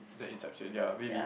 then inception ya maybe